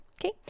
okay